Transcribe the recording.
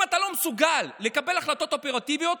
אם אתה לא מסוגל לקבל החלטות אופרטיביות,